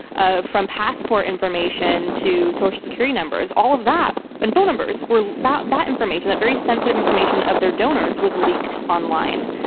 ah from passport information to social security numbers, all of that, that, and phone numbers. well, that that information, that very sensitive information of their donors was leaked online.